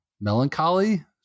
melancholy